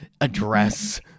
address